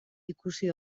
ikusi